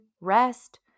rest